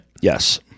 Yes